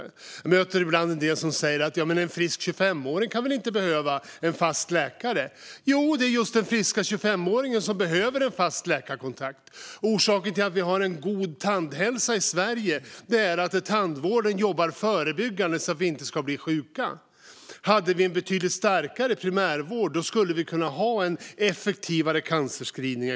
Jag möter ibland en del som säger att en frisk 25-åring väl inte kan behöva en fast läkare. Jo, det är just den friska 25-åringen som behöver en fast läkarkontakt! Orsaken till att vi har en god tandhälsa i Sverige är ju att tandvården jobbar förebyggande så att vi inte ska bli sjuka. Hade vi en betydligt starkare primärvård skulle vi exempelvis kunna ha en effektivare cancerscreening.